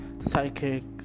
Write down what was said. psychics